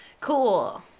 Cool